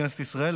בכנסת ישראל,